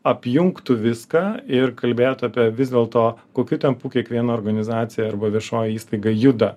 apjungtų viską ir kalbėtų apie vis dėl to kokiu tempu kiekviena organizacija arba viešoji įstaiga juda